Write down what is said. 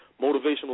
Motivational